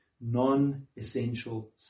non-essential